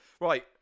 right